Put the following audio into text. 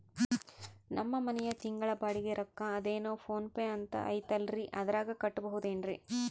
ನಮ್ಮ ಮನೆಯ ತಿಂಗಳ ಬಾಡಿಗೆ ರೊಕ್ಕ ಅದೇನೋ ಪೋನ್ ಪೇ ಅಂತಾ ಐತಲ್ರೇ ಅದರಾಗ ಕಟ್ಟಬಹುದೇನ್ರಿ?